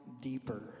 deeper